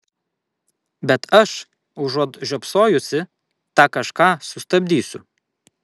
bet aš užuot žiopsojusi tą kažką sustabdysiu